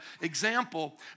example